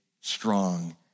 strong